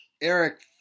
Eric